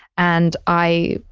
and i